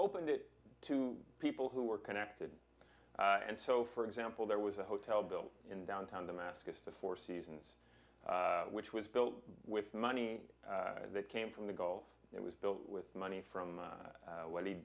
opened it to people who were connected and so for example there was a hotel built in downtown damascus the four seasons which was built with money that came from the gulf it was built with money from what he'd